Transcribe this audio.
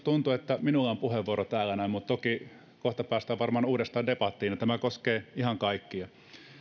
tuntuu että minulla on puheenvuoro täällä näin mutta toki kohta päästään varmaan uudestaan debattiin ja tämä koskee ihan kaikkia